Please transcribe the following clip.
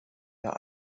der